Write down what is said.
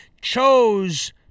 chose